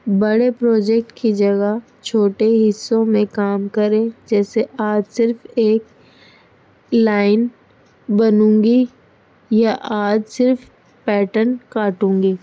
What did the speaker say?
بڑے پروجیکٹ کی جگہ چھوٹے حصوں میں کام کریں جیسے آج صرف ایک لائن بنوں گی یا آج صرف پیٹرن کاٹوں گی